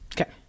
Okay